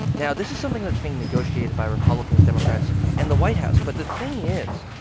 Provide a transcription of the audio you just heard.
now this is something that's being negotiated by republicans, democrats and the white house. but the thing is,